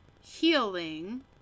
healing